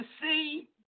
see